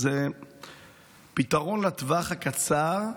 פתרון לטווח הקצר,